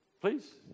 Please